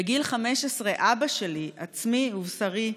בגיל 15 אבא שלי, עצמי ובשרי,